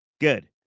Good